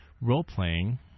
role-playing